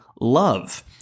love